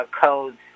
codes